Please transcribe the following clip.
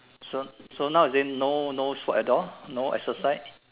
so so now is it no no sport at all no exercise